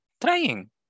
trying